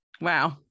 wow